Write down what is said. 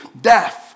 death